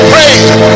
Praise